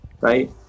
right